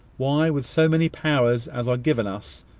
why, with so many powers as are given us,